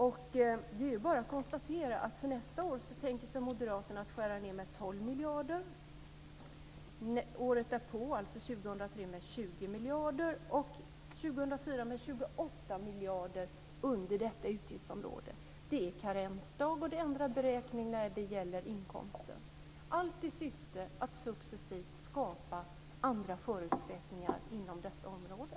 Det är bara att konstatera att moderaterna nästa år tänker sig att man ska skära ned med 12 miljarder, året därpå, alltså 2003, med 20 miljarder och 2004 med 28 miljarder under detta utgiftsområde. Det är karensdag och andra beräkningar när det gäller inkomsten - allt i syfte att successivt skapa andra förutsättningar inom detta område.